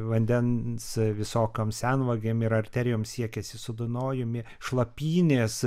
vandens visokioms senvagėm ir arterijom siekiasi su dunojumi šlapynės